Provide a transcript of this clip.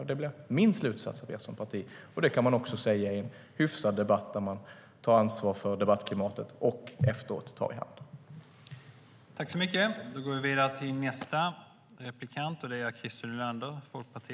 Det blir min slutsats om er som parti, och det kan man också säga i en hyfsad debatt där man tar ansvar för debattklimatet och efteråt tar i hand.